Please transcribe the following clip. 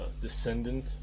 descendant